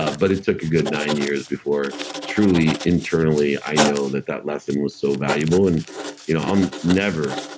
ah but it took a good nine years before truly, internally i know that that lesson was so valuable. i'll and you know um never,